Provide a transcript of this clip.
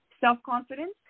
self-confidence